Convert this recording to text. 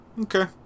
Okay